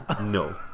No